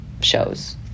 shows